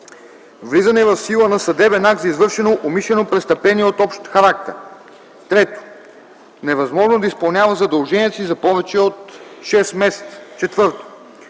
влизане в сила на съдебен акт за извършено умишлено престъпление от общ характер; 3. невъзможност да изпълнява задълженията си за повече от 6 месеца; 4.